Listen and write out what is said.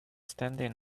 standing